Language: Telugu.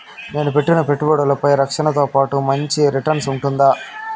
నేను పెట్టిన పెట్టుబడులపై రక్షణతో పాటు మంచి రిటర్న్స్ ఉంటుందా?